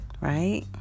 right